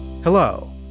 Hello